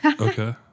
Okay